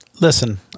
Listen